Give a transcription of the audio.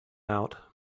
out